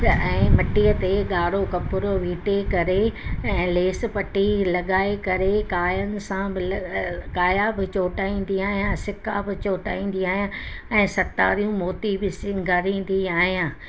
ऐं मिटीअ ते ॻाढ़ो कपिड़ो वीटे करे ऐं लेस पट्टी लॻाए करे क़ाइम सां मिल काया बि चोटाईंदी आहियां सिक्का बि चोटाईंदी आहियां ऐं सतारियूं मोती बि सिंगारींदी आहियां